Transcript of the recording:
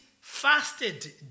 fasted